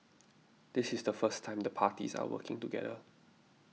this is the first time the parties are working together